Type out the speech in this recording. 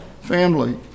family